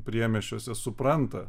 priemiesčiuose supranta